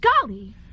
Golly